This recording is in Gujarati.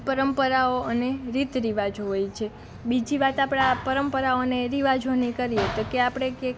પરંપરાઓ અને રીત રિવાજો હોય છે બીજી વાત આપણાં પરંપરાઓને રિવાજોની કરીએ તો કે આપણે